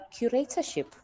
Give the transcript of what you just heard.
curatorship